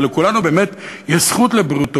ולכולנו באמת יש זכות לבריאות טובה,